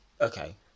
Okay